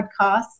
podcast